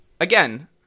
again